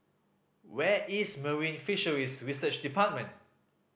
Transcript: where is Marine Fisheries Research Department